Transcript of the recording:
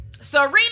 Serena